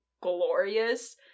glorious